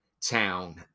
town